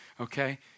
okay